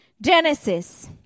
Genesis